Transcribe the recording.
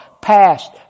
past